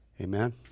Amen